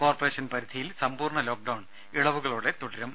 corporation പരിധിയിൽ സമ്പൂർണ lockdown ഇളവുകളോടെ തുടരും